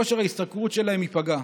וכושר ההשתכרות שלהם ייפגע.